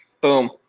Boom